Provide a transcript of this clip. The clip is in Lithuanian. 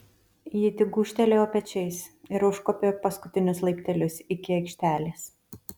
ji tik gūžtelėjo pečiais ir užkopė paskutinius laiptelius iki aikštelės